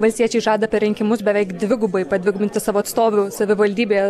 valstiečiai žada per rinkimus beveik dvigubai padvigubinti savo atstovų savivaldybėje